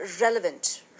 relevant